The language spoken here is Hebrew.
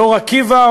באור-עקיבא,